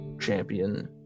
champion